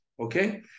Okay